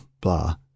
blah